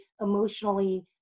emotionally